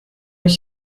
ich